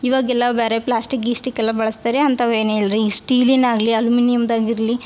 ಇವಾಗೆಲ್ಲ ಬೇರೆ ಪ್ಲಾಸ್ಟಿಕ್ ಗೀಸ್ಟಿಕ್ ಎಲ್ಲ ಬಳಸ್ತಾರೆ ಅಂಥವು ಏನೂ ಇಲ್ಲ ರಿ ಈ ಶ್ಟೀಲಿನ ಆಗಲಿ ಅಲುಮಿನಿಯಮ್ದಾಗಿರಲಿ